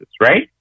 right